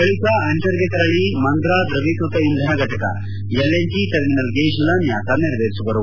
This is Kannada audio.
ಬಳಿಕ ಅಂಜರ್ಗೆ ತೆರಳಿ ಮುಂದ್ರಾ ಧ್ಯವೀಕೃತ ಇಂಧನ ಫಟಕ ಎಲ್ಎನ್ಜಿ ಟರ್ಮಿನಲ್ಗೆ ಶಿಲಾನ್ವಾಸ ನೆರವೇರಿಸುವರು